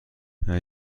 اگه